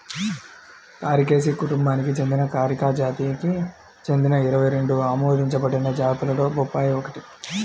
కారికేసి కుటుంబానికి చెందిన కారికా జాతికి చెందిన ఇరవై రెండు ఆమోదించబడిన జాతులలో బొప్పాయి ఒకటి